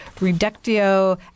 reductio